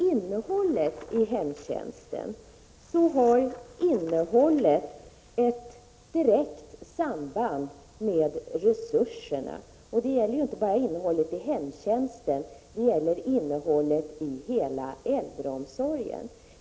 Innehållet i hemtjänsten har ett direkt samband med resurserna; det gäller inte bara innehållet i hemtjänsten utan innehållet i hela äldreomsorgen.